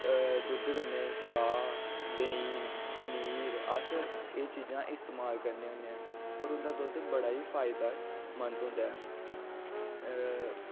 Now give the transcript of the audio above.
अअअ दुद्ध कन्नै चाह् देहीं पनीर अस एह् चीज़ां इस्तेमाल करने होने आं होर उं'दा दुद्ध बड़ा ई फायदेमंद होंदा ऐ